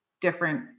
different